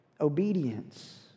Obedience